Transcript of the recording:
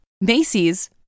Macy's